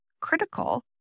critical